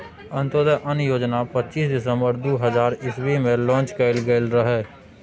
अंत्योदय अन्न योजना पच्चीस दिसम्बर दु हजार इस्बी मे लांच कएल गेल रहय